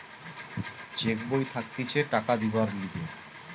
check বই থাকতিছে টাকা দিবার লিগে